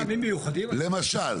למשל.